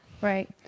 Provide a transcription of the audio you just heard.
Right